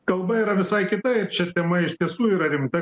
kalba yra visai kita ir čia tema iš tiesų yra rimta